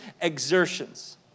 exertions